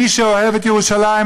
מי שאוהב את ירושלים,